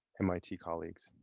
mit colleagues.